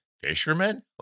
Fishermen